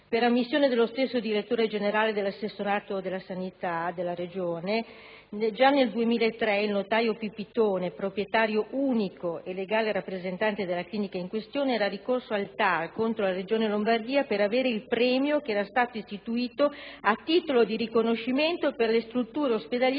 Per ammissione dello stesso direttore generale dell'assessorato alla sanità regionale, già nel 2003 il notaio Pipitone, proprietario unico e legale rappresentante della clinica in questione, era ricorso al TAR contro la Regione Lombardia per avere il premio che era stato istituito a titolo di riconoscimento per le strutture ospedaliere